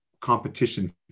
competition